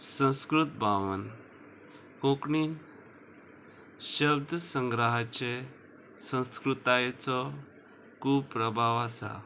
संस्कृत भावन कोंकणीन शब्द संग्रहाचे संस्कृतायेचो खूब प्रभाव आसा